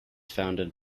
founded